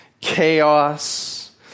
chaos